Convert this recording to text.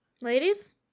Ladies